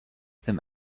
them